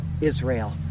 Israel